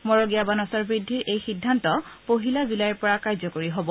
মৰগীয়া বানচৰ বৃদ্ধিৰ এই সিদ্ধান্ত পহিলা জুলাইৰ পৰা কাৰ্যকৰী হব